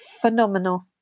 phenomenal